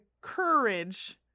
courage